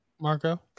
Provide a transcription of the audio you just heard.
marco